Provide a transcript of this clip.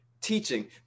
teaching